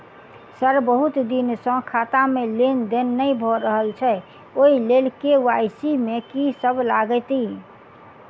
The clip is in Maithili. सर बहुत दिन सऽ खाता मे लेनदेन नै भऽ रहल छैय ओई लेल के.वाई.सी मे की सब लागति ई?